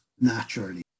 naturally